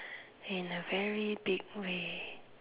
in a very big way